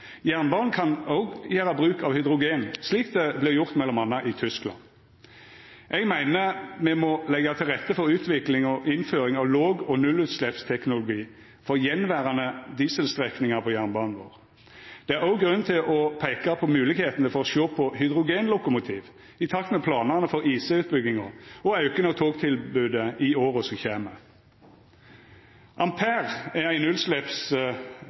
Jernbanen kan òg gjera bruk av hydrogen, slik det vert gjort m.a. i Tyskland. Eg meiner at me må leggja til rette for utvikling og innføring av låg- og nullutsleppsteknologi for attverande dieselstrekningar på jernbanen vår. Det er òg grunn til å peika på moglegheitene for å sjå på hydrogenlokomotiv i takt med planane for IC-utbygginga og auken av togtilbodet i åra som kjem. Ampere er ei